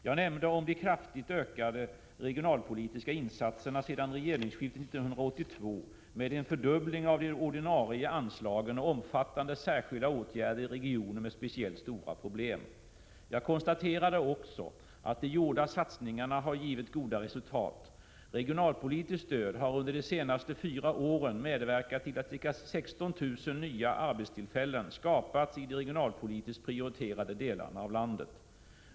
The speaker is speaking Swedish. Jag nämnde om de kraftigt ökade regionalpolitiska insatserna sedan regeringsskiftet år 1982 med en fördubbling av de ordinarie anslagen och omfattande särskilda åtgärder i regioner med speciellt stora problem. Jag konstaterade också att de gjorda satsningarna har givit goda resultat. Regionalpolitiskt stöd har under de senaste fyra åren medverkat till att ca 16 000 nya arbetstillfällen skapats i de regionalpolitiskt prioriterade delarna av landet.